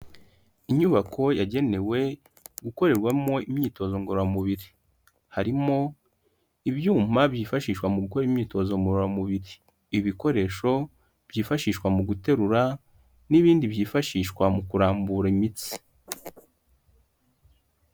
Inyubako yagenewe gukorerwamo imyitozo ngororamubiri. Harimo ibyuma byifashishwa mu gukora imyitozo ngororamubiri. Ibikoresho byifashishwa mu guterura n'ibindi byifashishwa mu kurambura imitsi.